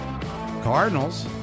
Cardinals